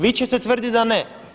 Vi ćete tvrditi da ne.